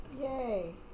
Yay